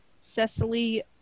cecily